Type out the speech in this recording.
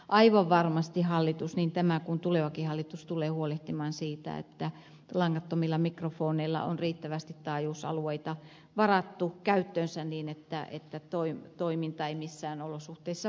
aivan varmasti hallitus niin tämä kuin tulevakin hallitus tulee huolehtimaan siitä että langattomilla mikrofoneilla on riittävästi taajuusalueita varattu käyttöön niin että toiminta ei missään olosuhteissa vaarannu